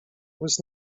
was